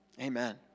Amen